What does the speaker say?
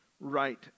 right